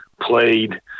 played